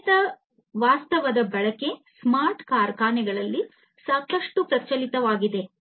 ವರ್ಧಿತ ವಾಸ್ತವದ ಬಳಕೆ ಸ್ಮಾರ್ಟ್ ಕಾರ್ಖಾನೆಗಳಲ್ಲಿ ಸಾಕಷ್ಟು ಪ್ರಚಲಿತವಾಗಿದೆ